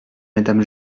madame